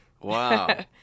Wow